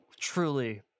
Truly